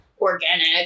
organic